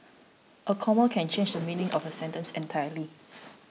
a comma can change the meaning of a sentence entirely